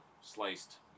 Sliced